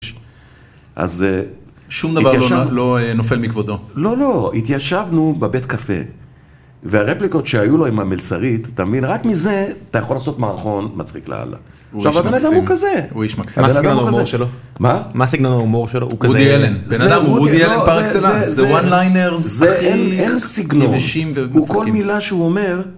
אז שום דבר לא נופל מכבודו לא לא התיישבנו בבית קפה והרפליקות שהיו לו עם המלצרית אתה מבין רק מזה אתה יכול לעשות מערכון מצחיק לאללה. עכשיו הבן אדם הוא כזה, הוא איש מקסים מה סגנון ההומור שלו? הוא וודי אלן, הוא וודי אלן פר-אקסלאנס זה one liner זה אין סגנון הוא כל מילה שהוא אומר.